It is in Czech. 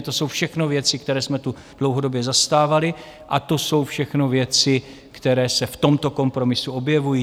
To jsou všechno věci, které jsme tu dlouhodobě zastávali, a to jsou všechno věci, které se v tomto kompromisu objevují.